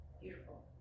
beautiful